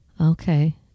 okay